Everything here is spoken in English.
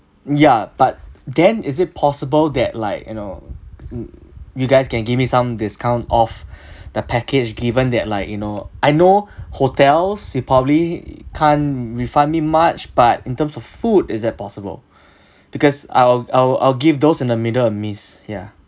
ya but then is it possible that like you know you guys can give me some discount off the package given that like you know I know hotels you probably can't refund me much but in term of food is that possible because I'll I'll I'll give those in the middle a miss ya